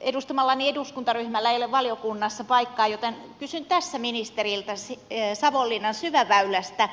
edustamallani eduskuntaryhmällä ei ole valiokunnassa paikkaa joten kysyn tässä ministeriltä savonlinnan syväväylästä